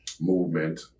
movement